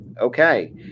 okay